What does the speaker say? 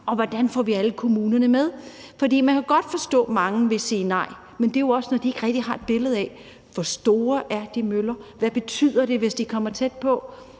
Og hvordan får vi alle kommunerne med? Man kan godt forstå, at mange vil sige nej, men det er jo også, fordi de ikke rigtig har et billede af, hvor store de møller er, og hvad det betyder, hvis de kommer tæt på.